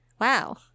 Wow